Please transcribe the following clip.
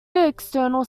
external